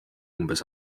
umbes